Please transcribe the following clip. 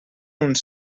uns